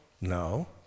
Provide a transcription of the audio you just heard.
No